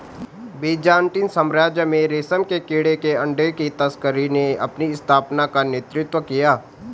Byzantine साम्राज्य में रेशम के कीड़े के अंडे की तस्करी ने अपनी स्थापना का नेतृत्व किया